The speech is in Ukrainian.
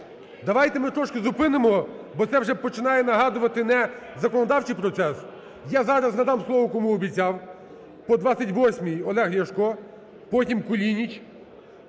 Давайте, ми трошки зупинимо, бо це вже починає нагадувати не законодавчий процес. Я зараз надам слово, кому обіцяв. По 28-й – Олег Ляшко. Потім – Кулініч.